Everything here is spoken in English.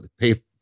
pay